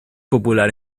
popular